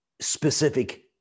specific